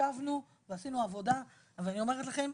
ישבנו ועשינו עבודה אבל אני אומרת לכם,